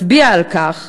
מצביע על כך